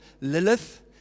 Lilith